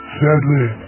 sadly